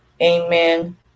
Amen